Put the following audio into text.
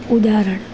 ઉદાહરણ